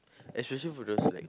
especially for those like